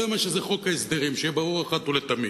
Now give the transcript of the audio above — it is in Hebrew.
זה מה שזה, חוק ההסדרים, שיהיה ברור אחת לתמיד.